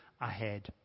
ahead